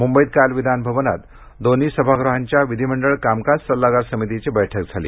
मुंबईत काल विधानभवनात दोन्ही सभागृहाच्या विधिमंडळ कामकाज सल्लागार समितीची बैठक झाली